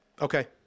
okay